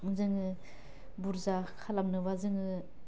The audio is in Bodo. जोङो बुरजा खालामनोबा जोङो